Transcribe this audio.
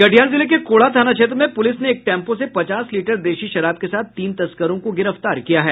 कटिहार जिले के कोढ़ा थाना क्षेत्र में पूलिस ने एक टेम्पो से पचास लीटर देशी शराब के साथ तीन तस्करों को गिरफ्तार किया है